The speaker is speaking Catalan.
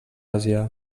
àsia